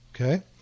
Okay